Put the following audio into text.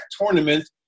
tournament